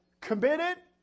committed